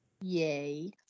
Yay